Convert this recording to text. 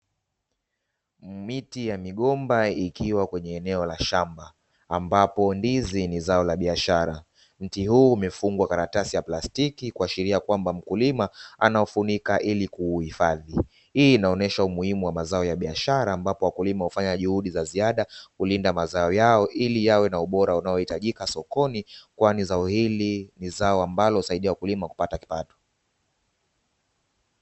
Miti ya migomba ikiwa kwenye eneo la shamba ambapo ndizi ni zao la biashara, mti huu umefungwa karatasi ya plastiki kuashiria kwamba mkulima anaufunika ilikuuhifadhi, hii inaonesha umuhimu wa mazao ya biashara ambapo wakulima hufanya juhudi za ziada kulinda mazao yao ili yawe na ubora unaohitajika sokoni kwani zao hili ni zao ambalo uwasaidia wakulima kupata kipato.